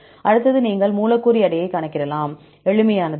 அடுத்தது நீங்கள் மூலக்கூறு எடையை கணக்கிடலாம் எளிமையானது